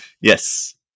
Yes